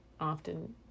often